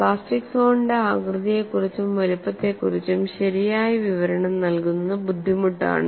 plastic സോണിന്റെ ആകൃതിയെക്കുറിച്ചും വലുപ്പത്തെക്കുറിച്ചും ശരിയായ വിവരണം നൽകുന്നത് ബുദ്ധിമുട്ടാണ്